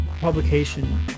publication